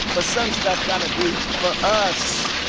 but some stuff gotta be for us,